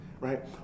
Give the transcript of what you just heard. right